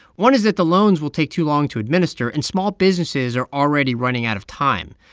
one is that the loans will take too long to administer, and small businesses are already running out of time.